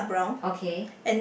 okay